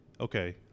Okay